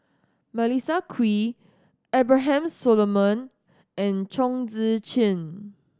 Melissa Kwee Abraham Solomon and Chong Tze Chien